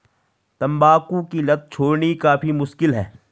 तंबाकू की लत छोड़नी काफी मुश्किल है